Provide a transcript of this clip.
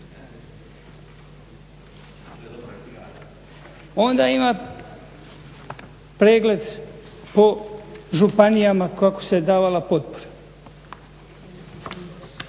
Onda ima pregled po županijama kako se davala potpora.